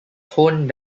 toned